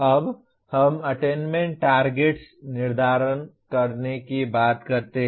अब हम attainment targets निर्धारित करने की बात करते हैं